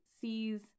sees